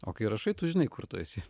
o kai rašai tu žinai kur tu esi